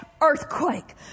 earthquake